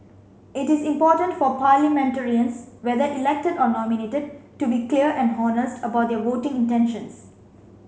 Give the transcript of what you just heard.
it is important for parliamentarians whether elected or nominated to be clear and honest about their voting intentions